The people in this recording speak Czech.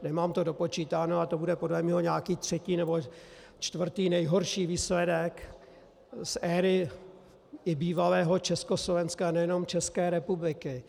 Nemám to dopočítáno, ale to bude podle mého nějaký třetí nebo čtvrtý nejhorší výsledek z éry i bývalého Československa, nejenom České republiky.